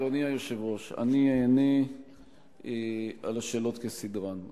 אדוני היושב-ראש, אני אענה על השאלות כסדרן.